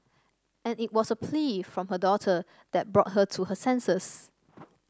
and it was a plea from her daughter that brought her to her senses